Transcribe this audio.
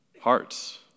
hearts